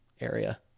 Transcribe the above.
area